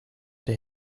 der